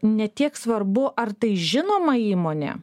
ne tiek svarbu ar tai žinoma įmonė